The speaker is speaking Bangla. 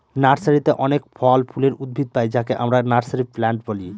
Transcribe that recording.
নার্সারিতে অনেক ফল ফুলের উদ্ভিদ পাই যাকে আমরা নার্সারি প্লান্ট বলি